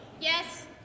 Yes